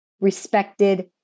respected